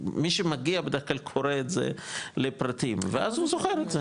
מי שמגיע בדרך כלל קורא את זה לפרטים ואז הוא זוכר את זה,